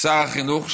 שר החינוך,